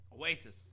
Oasis